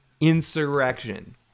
Insurrection